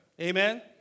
Amen